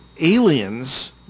aliens